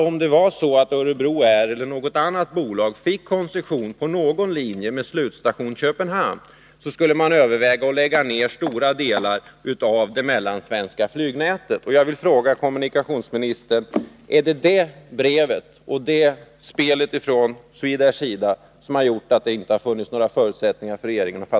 hotade man med att om Örebro Air eller något annat bolag fick koncession på någon linje med slutstation Köpenhamn så skulle man överväga att lägga ned stora delar av det mellansvenska flygnätet.